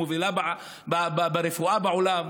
מובילה ברפואה בעולם,